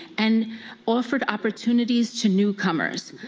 and offered opportunities to newcomers.